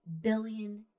billion